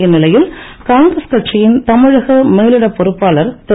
இந்நிலையில் காங்கிரஸ் கட்சியின் தமிழக மேலிட பொறுப்பாளர் திரு